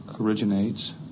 originates